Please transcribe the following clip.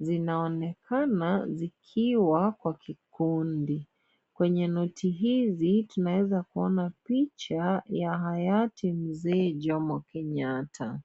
zinaonekana zikiwa kwa kikundi. Kwenye noti hizi tunaweza kuona picha ya hayati, Mzee Jomo Kenyatta.